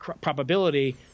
probability